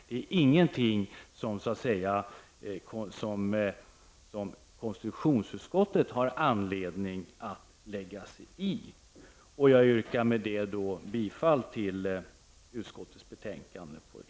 Det är ingenting som konstitutionsutskottet har anledning att lägga sig i. Med det anförda yrkar jag på godkännande av utskottets anmälan under detta avsnitt.